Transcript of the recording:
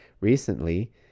Recently